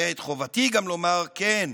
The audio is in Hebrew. וזאת חובתי, גם לומר, כן,